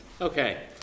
Okay